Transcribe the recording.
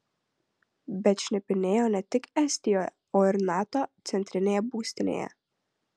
bet šnipinėjo ne tik estijoje o ir nato centrinėje būstinėje